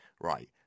Right